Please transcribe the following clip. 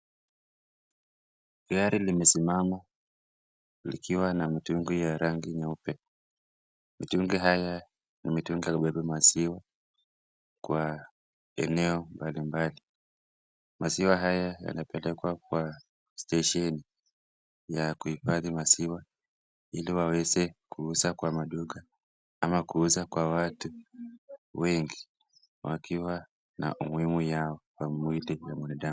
Gari limesimama ikiwa na mitungi ya rangi nyeupe, mitungi haya ni mitungi ya kupepa maziwa kwa eneo mbalimbali, maziwa haya yanapelekwa kwa stesheni ya kuifadhi maziwa ili waweze kuuza kwa maduka au ma kuuza kwa watu wengi wakiwa na umuhimu yao kwa mwili ya mwanadamu..